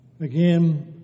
Again